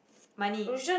money